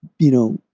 you know,